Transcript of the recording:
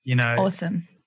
Awesome